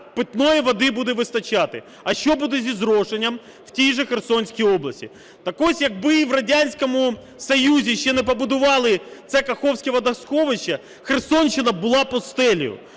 питної води буде вистачати, а що буде зі зрошенням в тій же Херсонській області? Так ось, якби в Радянському Союзі ще не побудували це Каховське водосховище, Херсонщина була б постелею.